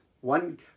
one